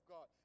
God